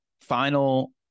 Final